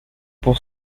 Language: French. pour